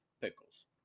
pickles